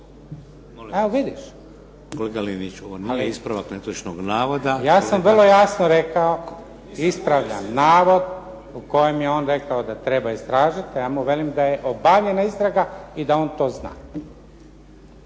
Gospodine Liniću ovo nije ispravak netočnog navoda. **Linić, Slavko (SDP)** Ja sam vrlo jasno rekao ispravljam navod u kojem je on rekao da treba istražiti. Ja mu velim da je obavljena istraga i da on to zna.